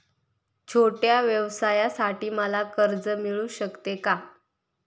छोट्या व्यवसायासाठी मला कर्ज मिळू शकेल का?